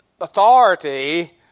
authority